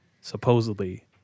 supposedly